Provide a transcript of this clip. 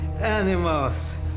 animals